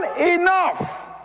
enough